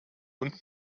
und